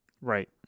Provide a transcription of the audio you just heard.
Right